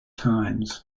times